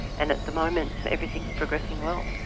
and at the moment everything is progressing well.